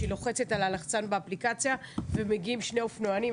שהיא לוחצת על הלחצן באפליקציה ומגיעים שני אופנוענים.